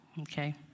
okay